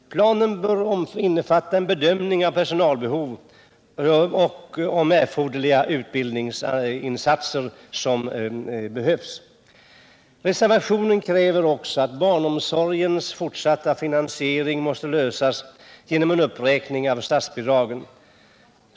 Planen bör även innefatta en bedömning av personalbehov och huruvida erforderliga utbildningsinsatser behövs. Reservationen kräver också att barnomsorgens fortsatta finansiering skall lösas genom en uppräkning av statsbidragen.